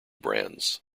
brands